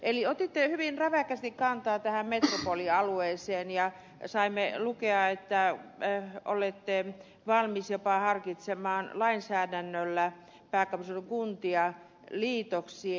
otitte hyvin räväkästi kantaa tähän metropolialueeseen ja saimme lukea että olette valmis jopa harkitsemaan lainsäädännöllä pääkaupunkiseudun kuntia liitoksiin